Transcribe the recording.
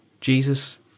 Jesus